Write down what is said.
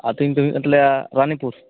ᱟᱛᱳ ᱧᱩᱛᱩᱢ ᱦᱩᱭᱩᱜ ᱠᱟᱱ ᱛᱟᱞᱮᱭᱟ ᱨᱟᱹᱱᱤᱯᱩᱨ